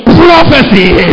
prophecy